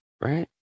right